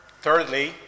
thirdly